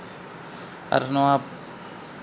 ᱟᱨ ᱱᱚᱣᱟ